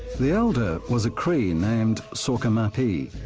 the elder was a cree named saukamappee.